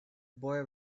boy